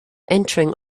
entering